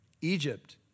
Egypt